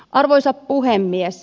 arvoisa puhemies